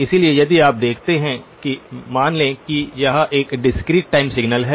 इसलिए यदि आप देखते हैं कि मान लें कि यह एक डिस्क्रीट टाइम सिग्नल है